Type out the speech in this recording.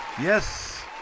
Yes